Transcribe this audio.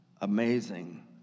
amazing